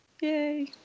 yay